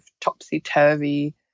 topsy-turvy